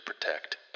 protect